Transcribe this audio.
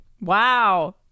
Wow